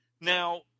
Now